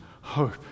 hope